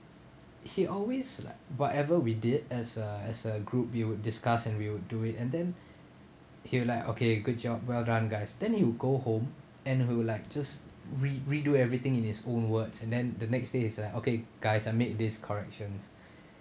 he always like whatever we did as a as a group we would discuss and we will do it and then he will like okay good job well done guys then he will go home and would like just re~ redo everything in his own words and then the next day is like okay guys I made this corrections